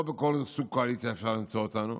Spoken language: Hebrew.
לא בכל סוג קואליציה אפשר למצוא אותנו.